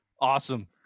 awesome